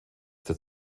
der